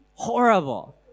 horrible